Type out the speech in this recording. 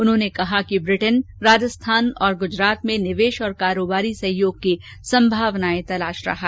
उन्होंने कहा कि ब्रिटेन राजस्थान तथा गुजरात में निवेश और कारोबारी सहयोग की संवानाएं तलाश रहा है